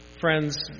Friends